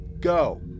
Go